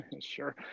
Sure